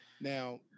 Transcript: Now